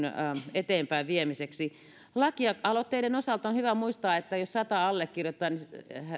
eteenpäinviemiseksi lakialoitteiden osalta on hyvä muistaa että jos sata kansanedustajaa allekirjoittaa